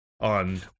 on